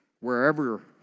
wherever